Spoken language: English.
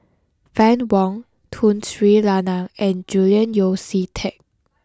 Fann Wong Tun Sri Lanang and Julian Yeo See Teck